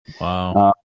wow